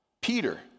Peter